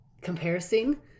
comparison